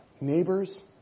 neighbors